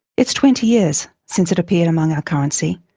it's twenty years since it appeared among our currency,